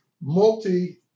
multi